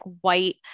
white